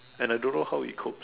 and I don't know how he copes